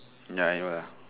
ya I know lah